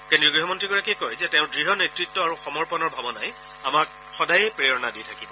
কেন্দ্ৰীয় গৃহমন্ত্ৰীগৰাকীয়ে কয় যে তেওঁৰ দৃঢ় নেতৃত্ব আৰু সমৰ্পনৰ ভাৱনাই আমাক সদায়ে প্ৰেৰণা দি থাকিব